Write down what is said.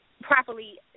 properly